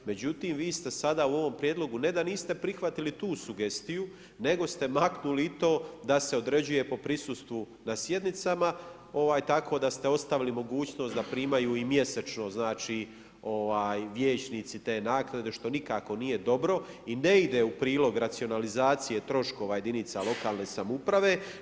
Međutim, vi ste sada u ovom prijedlogu, ne da niste prihvatili tu sugestiju nego ste maknuli i to da se određuje po prisustvu na sjednicama tako da ste ostavili mogućnost da primaju i mjesečno znači vijećnici te naknade što nikako nije dobro i ne ide u prilog racionalizacije troškova jedinica lokalne samouprave.